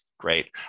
great